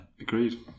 Agreed